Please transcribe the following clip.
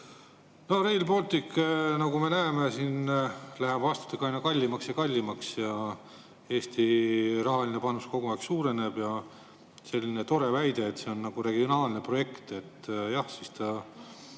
Rail Baltic, nagu me näeme, läheb aastatega aina kallimaks ja kallimaks ja Eesti rahaline panus kogu aeg suureneb. Ja selline tore väide, et see on regionaalne projekt – no ta